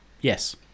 Yes